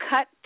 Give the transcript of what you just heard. Cut